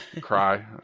Cry